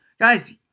guys